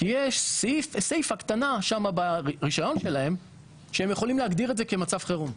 כי יש סעיף הקטנה שם ברישיון שהם שהם יכולים להגדיר את זה כמצב חירום.